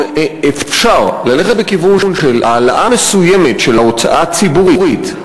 אם אפשר ללכת בכיוון של העלאה מסוימת של ההוצאה הציבורית,